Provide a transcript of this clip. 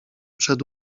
przed